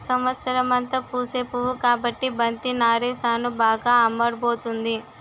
సంవత్సరమంతా పూసే పువ్వు కాబట్టి బంతి నారేసాను బాగా అమ్ముడుపోతుంది